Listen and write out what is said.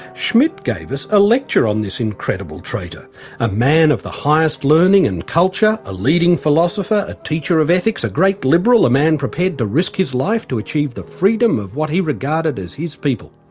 schmidt gave us a lecture on this incredible traitor a man of the highest learning and culture, a leading philosopher, a teacher of ethics, a great liberal, a man prepared to risk his life to achieve the freedom of what he regarded as his people.